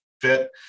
fit